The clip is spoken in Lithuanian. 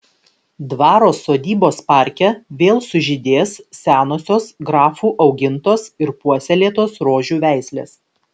dvaro sodybos parke vėl sužydės senosios grafų augintos ir puoselėtos rožių veislės